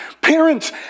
Parents